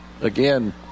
again